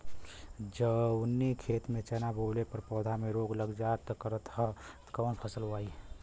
जवने खेत में चना बोअले पर पौधा में रोग लग जाईल करत ह त कवन फसल बोआई?